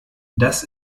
das